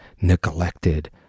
neglected